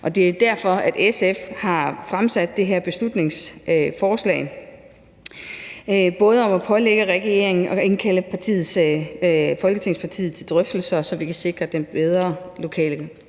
det er derfor, at SF har fremsat det her beslutningsforslag om at pålægge regeringen at indkalde Folketingets partier til drøftelser, så vi kan sikre den bedre lokale